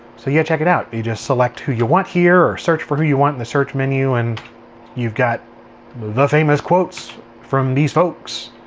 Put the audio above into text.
so yeah, check it out. you just select who you want here or search for who you want in the search menu. and you've got the famous quotes from these folks.